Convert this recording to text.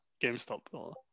GameStop